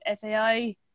FAI